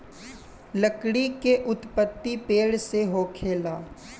लकड़ी के उत्पति पेड़ से होखेला